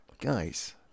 Guys